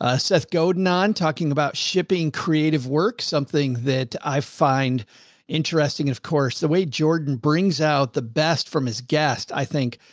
a seth goden on talking about shipping creative work, something that i find interesting. and of course, the way jordan brings out the best from his guest, i think.